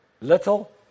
Little